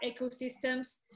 ecosystems